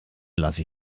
lasse